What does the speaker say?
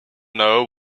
know